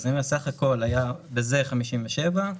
סך הכול היה בזה 57,